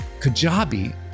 Kajabi